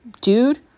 Dude